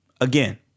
again